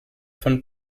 von